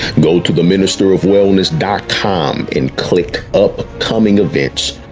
go to the minister of wellness dot com and click up coming events.